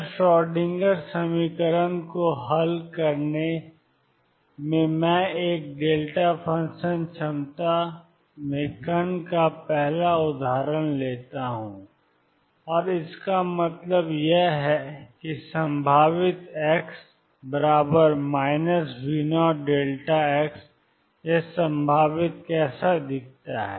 तो श्रोडिंगर समीकरण को हल करने में मैं एक फ़ंक्शन क्षमता में कण का पहला उदाहरण लेता हूं और इसका मतलब यह है कि संभावित x V0δ यह संभावित कैसा दिखता है